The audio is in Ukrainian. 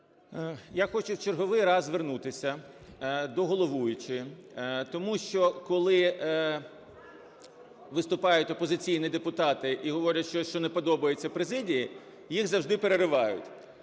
Я хочу в черговий раз звернутися до головуючої, тому що коли виступають опозиційні депутати, які говорять щось, що не подобається президії, їх завжди переривають.